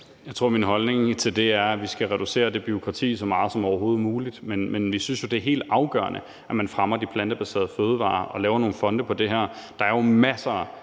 Jeg tror, min holdning til det er, at vi skal reducere det bureaukrati så meget som overhovedet muligt. Men vi synes, det er helt afgørende, at man fremmer de plantebaserede fødevarer og laver nogle fonde på det her område; der er jo masser af